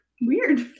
Weird